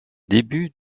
débuts